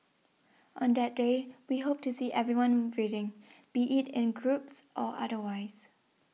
on that day we hope to see everyone reading be it in groups or otherwise